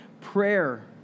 prayer